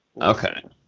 Okay